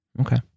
Okay